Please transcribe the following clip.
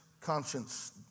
conscience